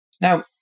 Now